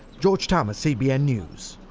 george thomas, cbn news.